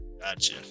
Gotcha